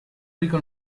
rico